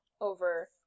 over